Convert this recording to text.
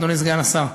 אדוני סגן השר.